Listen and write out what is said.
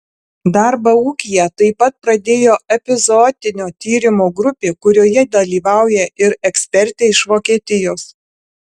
darbą ūkyje taip pat pradėjo epizootinio tyrimo grupė kurioje dalyvauja ir ekspertė iš vokietijos